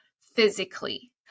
physically